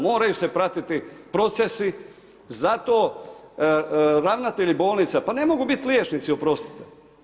Moraju se pratiti procesi, zato, ravnatelji bolnica, pa ne mogu biti liječnici, oprostite.